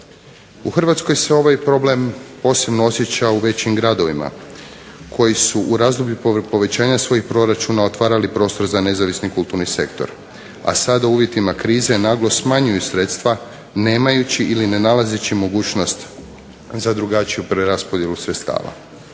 U Hrvatskoj se ovaj problem posebno osjeća u većim gradovima koji su u razdoblju povećanja svojih proračuna otvarali prostor za nezavisni kulturni sektor, a sad u uvjetima krize naglo smanjuju sredstva nemajući ili ne nalazeći mogućnost za drugačiju preraspodjelu sredstava.